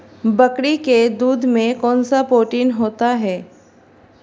बकरी के दूध में कौनसा प्रोटीन होता है?